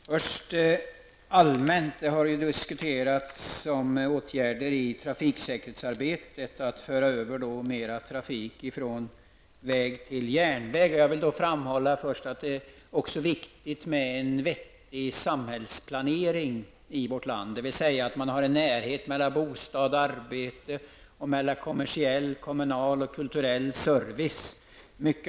Herr talman! I diskussionen om åtgärder i trafiksäkerhetsarbetet har det talats om att föra över mer trafik från väg till järnväg. Jag vill framhålla att det också är viktigt med en vettig samhällsplanering i vårt land. Det innebär exempelvis närhet mellan bostad och arbete samt mellan kommersiell, kommunal och kulturell service.